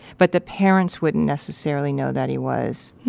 but the parents wouldn't necessarily know that he was.